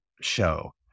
show